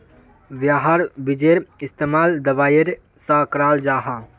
याहार बिजेर इस्तेमाल दवाईर सा कराल जाहा